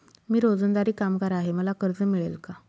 मी रोजंदारी कामगार आहे मला कर्ज मिळेल का?